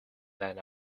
than